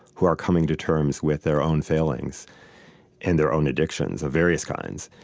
who are coming to terms with their own failings and their own addictions of various kinds,